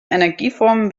energieformen